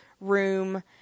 room